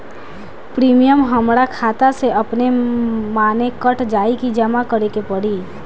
Premium हमरा खाता से अपने माने कट जाई की जमा करे के पड़ी?